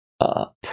up